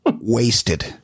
Wasted